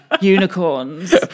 unicorns